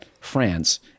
France